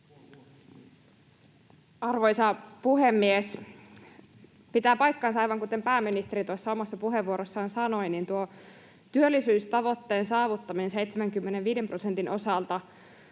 Arvoisa puhemies! Pitää paikkansa, aivan kuten pääministeri tuossa omassa puheenvuorossaan sanoi, että työllisyystavoitteen saavuttaminen 75 prosentin osalta